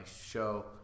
show